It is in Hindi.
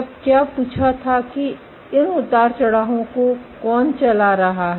तब क्या पूछा था कि इन उतार चढ़ावों को कौन चला रहा है